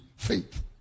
Faith